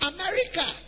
America